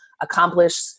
accomplish